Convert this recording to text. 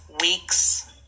weeks